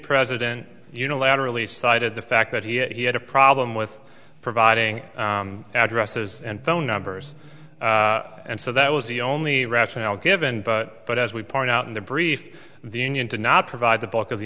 president unilaterally cited the fact that he had a problem with providing addresses and phone numbers and so that was the only rationale given but as we point out in the brief the union to not provide the bulk of the